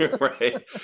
Right